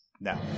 No